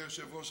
היושב-ראש,